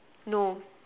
no